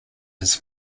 his